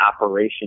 operation